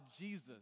Jesus